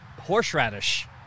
Horseradish